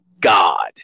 God